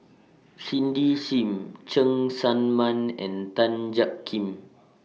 Cindy SIM Cheng Tsang Man and Tan Jiak Kim